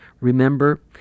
remember